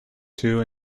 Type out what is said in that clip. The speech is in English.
two